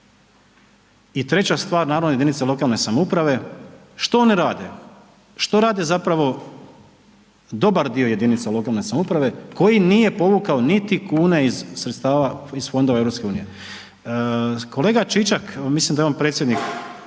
I treća stvar naravno jedinice lokalne samouprave, što one rade, što rade zapravo dobar dio jedinica lokalne samouprave koji nije povukao niti kune iz sredstava, iz fondova EU. Kolega Čičak, mislim da je on predsjednik,